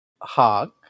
hog